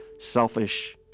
selfish,